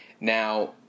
Now